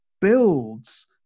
builds